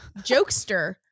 jokester